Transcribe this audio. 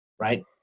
right